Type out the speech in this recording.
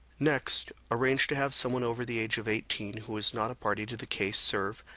next, arrange to have someone over the age of eighteen who is not a party to the case serve,